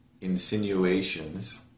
insinuations